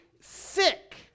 sick